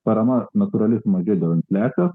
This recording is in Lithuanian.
parama natūraliai sumažėjo dėl infliacijos